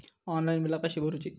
Online बिला कशी भरूची?